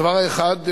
הדבר האחד,